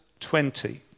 20